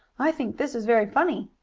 i think this is very funny!